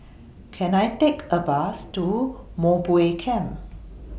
Can I Take A Bus to Mowbray Camp